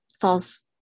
false